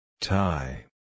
Tie